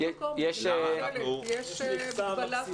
יש מגבלה.